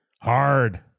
hard